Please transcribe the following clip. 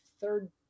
third